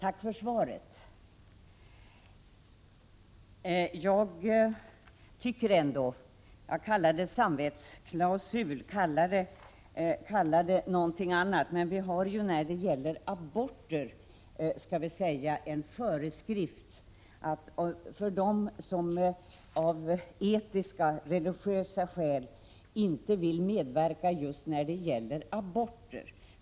Herr talman! Jag tackar för svaret. Kalla det samvetsklausul eller något annat, men vi har när det gäller aborter en föreskrift för dem som av etiska eller religiösa skäl inte vill medverka vid aborter.